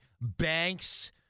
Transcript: banks